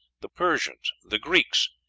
the persians, the greeks,